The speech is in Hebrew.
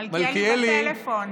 מלכיאלי בטלפון.